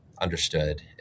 understood